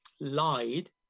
lied